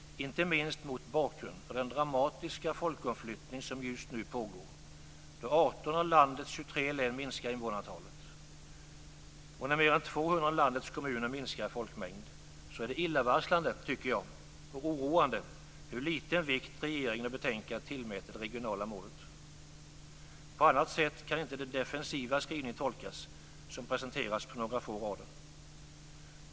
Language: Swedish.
Inte minst mot bakgrund av den dramatiska folkomflyttning som just nu pågår, då 18 av landets 23 län minskar i antalet invånare och när mer än 200 av landets kommuner minskar i folkmängd, är det illavarslande och oroande hur liten vikt regeringen och utskottet tillmäter det regionala målet. På annat sätt kan inte den defensiva skrivning tolkas som presenteras på några få rader.